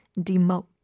demote